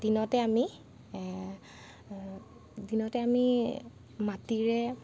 দিনতে আমি দিনতে আমি মাটিৰে